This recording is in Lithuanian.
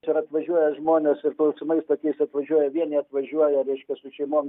ir atvažiuoja žmonės su klausimais tokiais atvažiuoja vieni atvažiuoja reiškia su šeimom